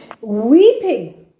weeping